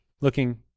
looking